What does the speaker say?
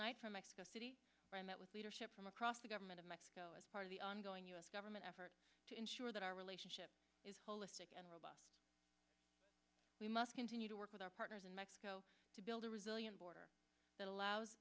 night from mexico city i met with leadership from across the government of mexico as part of the ongoing u s government effort to ensure that our relationship is holistic and we must continue to work with our partners in mexico to build a resilient border that allows